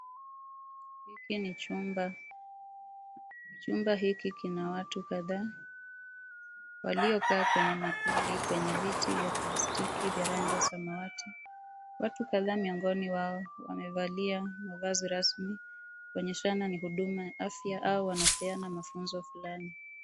Hiki ni chumba. Chumba hiki kina watu kadhaa waliokaa kwenye makundi kwenye viti vya platiki vya rangi ya samawati. Watu kadhaa miongoni wao wamevalia mavazi rasmi kuonyeshana ni huduma ya afya au wanapeana mafunzo fulani.